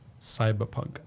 Cyberpunk